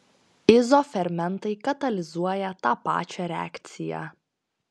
izofermentai katalizuoja tą pačią reakciją